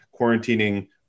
quarantining